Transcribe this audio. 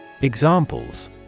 Examples